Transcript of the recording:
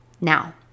Now